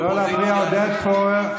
אתה לא רוצה שהילדים שלהם ילמדו מתמטיקה.